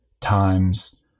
times